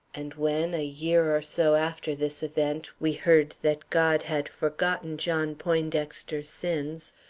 and when, a year or so after this event, we heard that god had forgotten john poindexter's sins,